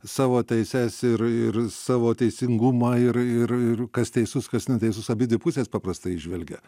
savo teises ir ir savo teisingumą ir ir ir kas teisus kas neteisus abidvi pusės paprastai įžvelgia